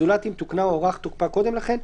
זולת אם תוקנה או הוארך תוקפה קודם לכן.